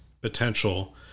potential